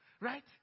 right